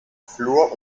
flur